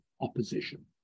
opposition